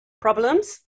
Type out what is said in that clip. problems